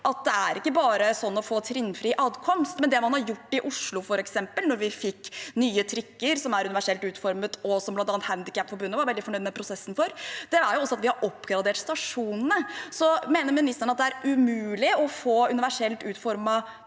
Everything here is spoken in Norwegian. at det er ikke bare bare å få trinnfri adkomst, men det man har gjort i Oslo, f.eks., da vi fikk nye trikker som er universelt utformet, og der bl.a. Handikapforbundet var veldig fornøyd med prosessen, er at man har oppgradert stasjonene. Mener ministeren at det er umulig å få universelt utformede